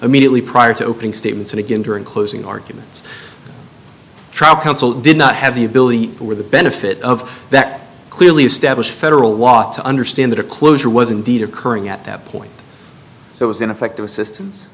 immediately prior to opening statements and again during closing arguments trial counsel did not have the ability or the benefit of that clearly established federal law to understand that a closure was indeed occurring at that point it was ineffective assistance